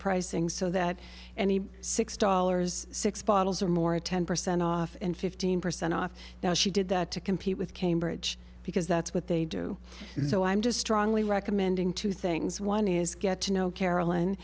pricing so that any six dollars six bottles are more a ten percent off and fifteen percent off now she did that to compete with cambridge because that's what they do so i'm just strongly recommending two things one is get to know carol